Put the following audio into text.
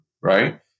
Right